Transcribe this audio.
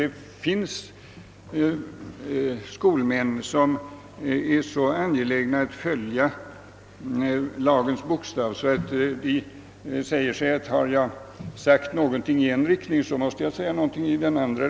Det finns skolmän som är så angelägna att följa lagens bokstav att de, om de sagt någonting i den ena riktningen, anser sig böra säga någonting även i den andra.